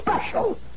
special